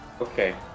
Okay